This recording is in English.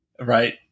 Right